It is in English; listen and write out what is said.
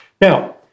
Now